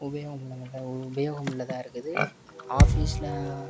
உபயோகம் உள்ளதாக உபயோகமுள்ளதாக இருக்குது ஆஃபீஸில்